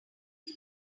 tea